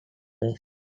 base